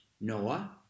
Noah